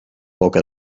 boca